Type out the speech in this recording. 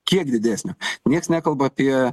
kiek didesnio nieks nekalba apie